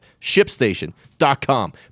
ShipStation.com